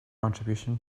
contribution